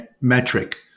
metric